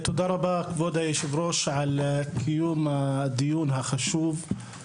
תודה רבה, כבוד היושב-ראש, על קיום הדיון החשוב.